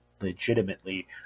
legitimately